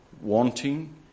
wanting